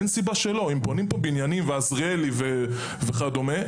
אם בונים פה בניינים בעזריאלי וכדומה,